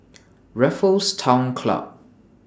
Raffles Town Club